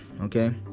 okay